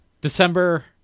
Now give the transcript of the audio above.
December